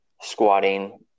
squatting